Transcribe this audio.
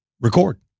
record